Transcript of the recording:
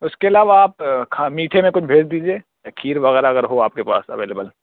اس کے علاوہ آپ کھا میٹھے میں کچھ بھیج دیجیے کھیر وغیرہ اگر ہو آپ کے پاس اویلویل